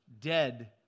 dead